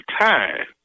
time